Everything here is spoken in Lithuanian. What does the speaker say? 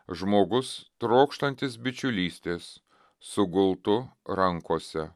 žmogus trokštantis bičiulystės su gultu rankose